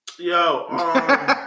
Yo